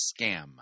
scam